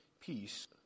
peace